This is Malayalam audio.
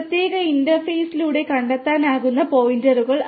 ഈ പ്രത്യേക ഇന്റർഫേസിലൂടെ കണ്ടെത്താനാകുന്ന പോയിന്റുകളും